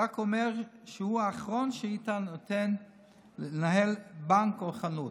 רק אומר שהוא האחרון שהיית נותן לו לנהל בנק או חנות.